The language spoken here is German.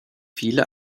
viele